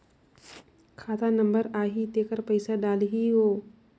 खाता नंबर आही तेकर पइसा डलहीओ?